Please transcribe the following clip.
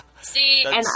See